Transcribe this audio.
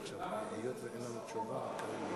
למה אתה מזלזל בשר אורבך?